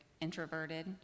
introverted